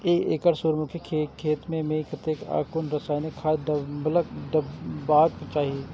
एक एकड़ सूर्यमुखी केय खेत मेय कतेक आ कुन रासायनिक खाद डलबाक चाहि?